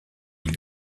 ils